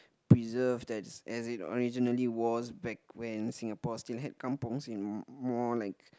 preserved as as it originally was back when Singapore still had kampongs in more like